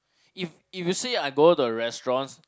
if if you say I go to restaurants